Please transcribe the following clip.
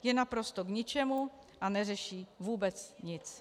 f) je naprosto k ničemu a neřeší vůbec nic.